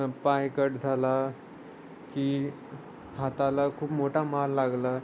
पाय कट झाला की हाताला खूप मोठा माल लागला